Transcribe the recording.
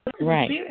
Right